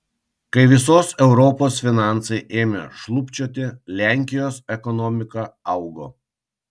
kai visos europos finansai ėmė šlubčioti lenkijos ekonomika augo